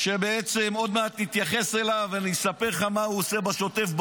שבעצם עוד מעט נתייחס אליו ואני אספר לך מה הוא עושה בשוטף,